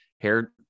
hair